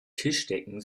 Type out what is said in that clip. tischdecken